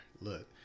Look